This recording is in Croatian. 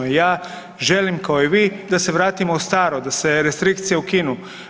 Ja želim kao i vi da se vratimo u staro, da se restrikcije ukinu.